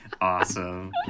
awesome